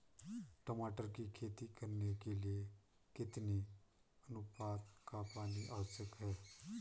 टमाटर की खेती करने के लिए कितने अनुपात का पानी आवश्यक है?